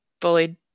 bullied